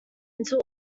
until